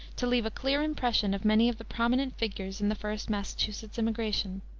to leave a clear impression of many of the prominent figures in the first massachusetts immigration.